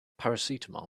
paracetamol